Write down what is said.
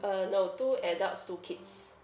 uh no two adults two kids